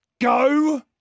Go